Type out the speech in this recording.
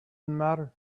matter